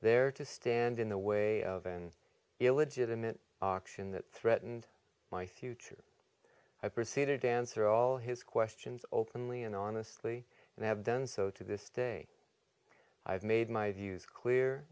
there to stand in the way of an illegitimate auction that threatened my future i proceeded to answer all his questions openly and honestly and have done so to this day i've made my views clear